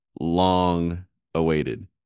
long-awaited